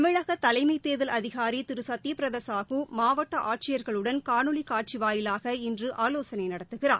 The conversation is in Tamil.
தமிழக தலைமை தேர்தல் அதிகாரி திரு சத்ய பிரதா சாஹூ மாவட்ட ஆட்சியர்களுடன் காணொலி காட்சி வாயிலாக இன்று ஆலோசனை நடத்துகிறார்